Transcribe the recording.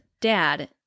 dad